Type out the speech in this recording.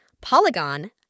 Polygon